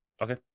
Okay